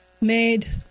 made